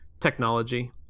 technology